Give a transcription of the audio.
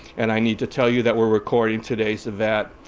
and i need to tell you that we're recording today so that,